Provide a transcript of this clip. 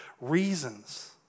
reasons